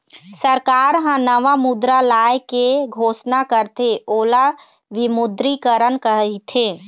सरकार ह नवा मुद्रा लाए के घोसना करथे ओला विमुद्रीकरन कहिथें